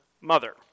mother